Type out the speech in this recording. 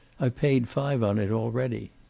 i've paid five on it already.